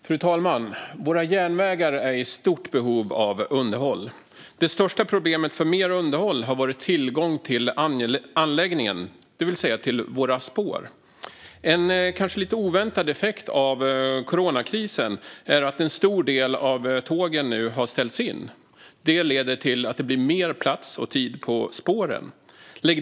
Fru talman! Våra järnvägar är i stort behov av underhåll. Det största problemet för mer underhåll har varit tillgång till anläggningen, det vill säga till våra spår. En kanske lite oväntad effekt av coronakrisen är att en stor del av tågen nu har ställts in, vilket leder till att det blir mer plats och tid på spåren.